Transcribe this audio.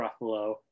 Ruffalo